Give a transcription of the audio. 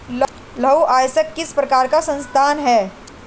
लौह अयस्क किस प्रकार का संसाधन है?